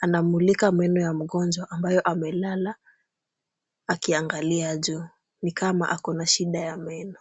Anamulika meno ya mgonjwa ambayo amelala akiangalia juu, ni kama ako na shida ya meno.